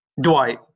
Dwight